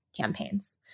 campaigns